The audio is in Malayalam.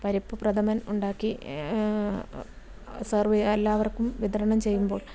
പരിപ്പ് പ്രഥമൻ ഉണ്ടാക്കി സെർവ് എല്ലാവർക്കും വിതരണം ചെയ്യുമ്പോൾ